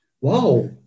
Wow